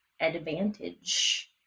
advantage